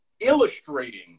illustrating